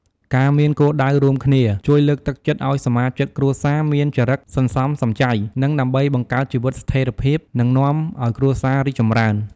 ការមានគោលដៅរួមគ្នា ជួយលើកទឹកចិត្តឲ្យសមាជិកគ្រួសារមានចរិតសន្សំសំចៃ និង ដើម្បីបង្កើតជីវិតស្ថេរភាព និងនាំឲ្យគ្រួសាររីកចម្រើន។